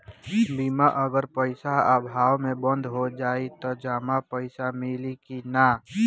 बीमा अगर पइसा अभाव में बंद हो जाई त जमा पइसा मिली कि न?